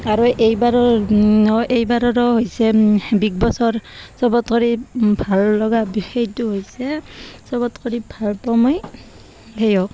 আৰু এইবাৰৰ এইবাৰৰো হৈছে বিগ বছৰ চবত কৰি ভাল লগা সেইটো হৈছে চবত কৰি ভাল পাওঁ মই সেয়ক